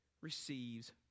receives